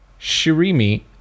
Shirimi